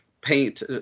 paint